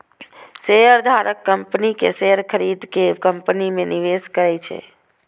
शेयरधारक कंपनी के शेयर खरीद के कंपनी मे निवेश करै छै